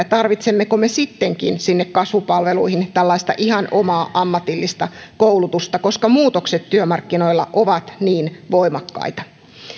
tarvitsemmeko me sittenkin sinne kasvupalveluihin tällaista ihan omaa ammatillista koulutusta koska muutokset työmarkkinoilla ovat niin voimakkaita